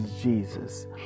Jesus